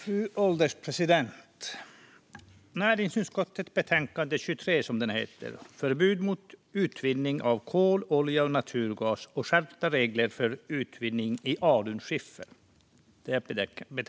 Fru ålderspresident! Vi debatterar näringsutskottets betänkande 23 Förbud mot utvinning av kol, olja och naturgas och skärpta regler för utvinning i alunskiffer .